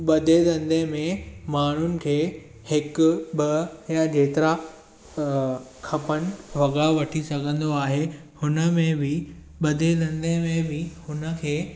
ॿधे धंदे में माण्हुनि खे हिकु ॿ या जेतिरा खपनि वॻा वठी सघंदो आहे हुन में बि ॿधे धंदे में बि हुन खे